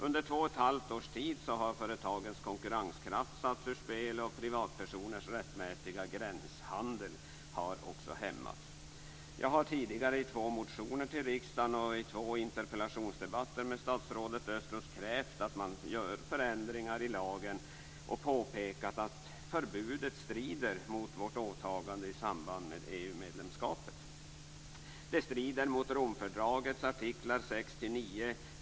Under två och ett halvt års tid har företagens konkurrenskraft satts ur spel, och privatpersoners rättmätiga gränshandel har också hämmats. Jag har tidigare i två motioner till riksdagen och i två interpellationsdebatter med statsrådet Östros krävt att man gör förändringar i lagen och påpekat att förbudet strider mot vårt åtagande i samband med EU medlemskapet. Det strider mot Romfördragets artiklar 6-9.